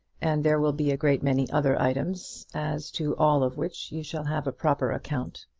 and there will be a great many other items, as to all of which you shall have a proper account.